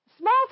small